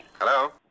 Hello